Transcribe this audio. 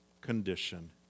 condition